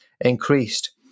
increased